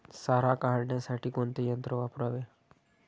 सारा काढण्यासाठी कोणते यंत्र वापरावे?